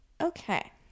Okay